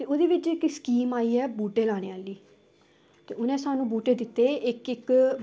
ते ओह्दे बिच्च इक स्कीम आई ऐ बूह्टे लाने आह्ली ते उ'नें सानूं बूह्टे दित्ते इक इक